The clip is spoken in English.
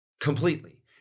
completely